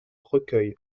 recueille